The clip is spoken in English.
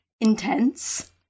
intense